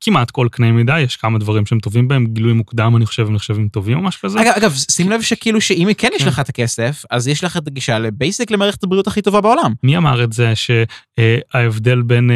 כמעט כל קנה מידה, יש כמה דברים שהם טובים בהם, גילוי מוקדם אני חושב, הם נחשבים טובים או משהו כזה. אגב, שים לב שכאילו שאם כן יש לך את הכסף, אז יש לך את הגישה לבייסיק, למערכת הבריאות הכי טובה בעולם. מי אמר את זה שההבדל בין